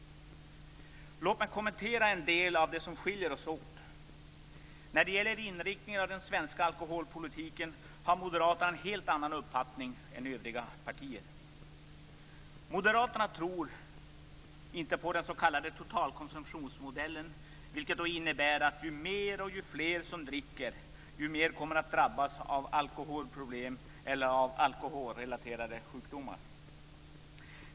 Låt mig kommentera en del av det som skiljer oss åt. När det gäller inriktningen av den svenska alkoholpolitiken har moderaterna en helt annan uppfattning än övriga partier. Moderaterna tror inte på den s.k. totalkonsumtionsmodellen, vilken innebär att ju mer man dricker och ju fler som dricker desto fler kommer att drabbas av alkoholproblem och alkoholrelaterade sjukdomar.